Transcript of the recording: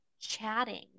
chatting